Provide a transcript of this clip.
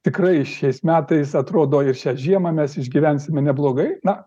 tikrai šiais metais atrodo ir šią žiemą mes išgyvensime neblogai na